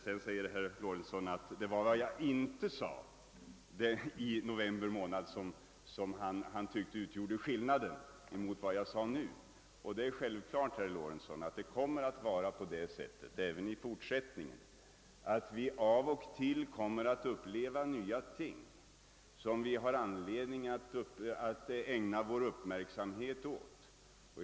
Herr Lorentzon sade vidare att det var vad jag inte sade i november som utgjorde skillnaden mellan dessa två anföranden. Det är självklart, herr Lorentzon, att vi även i fortsättningen av och till kommer att uppleva nya ting som vi får anledning att ägna vår uppmärksamhet.